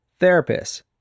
therapists